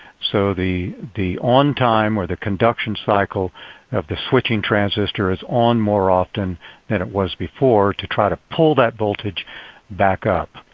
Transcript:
so the the on-time or the conduction cycle of the switching transistor is on more often than it was before to try to pull that voltage back up.